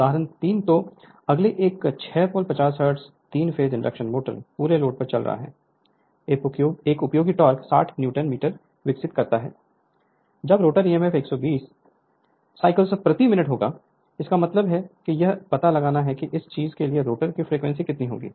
उदाहरण 3 तो अगले एक 6 pole 50 hertz 3 phase induction motor पूरे लोड पर चल रहा है एक उपयोगी टॉर्क 60 न्यूटन मीटर विकसित करता है जब रोटर emf 120 साइकिल प्रति मिनट होगा इसका मतलब है यह पता लगाना है कि इस चीज के लिए रोटर की फ्रीक्वेंसी कितनी होगी